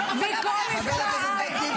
--- איך אתה מאפשר לה?